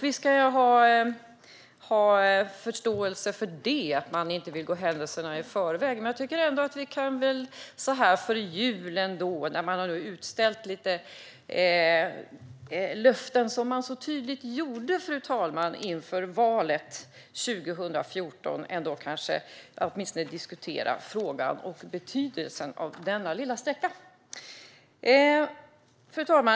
Visst kan jag ha förståelse för att man inte vill gå händelserna i förväg, men så här före jul, och när ni nu utställde så tydliga löften inför valet 2014, tycker jag ändå att man åtminstone kan diskutera frågan om och betydelsen av denna lilla sträcka. Fru talman!